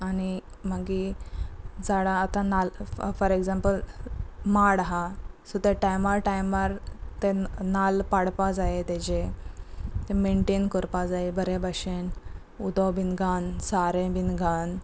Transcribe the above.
आनी मागी झाडां आतां नाल्ल फॉर एग्जांपल माड आसा सो त्या टायमार टायमार ते नाल्ल पाडपा जाय तेजे ते मेनटेन करपा जाय बरे भाशेन उदो बीन घालून सारें बीन घालून